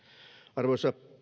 arvoisa